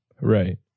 Right